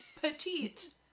petite